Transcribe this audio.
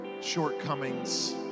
shortcomings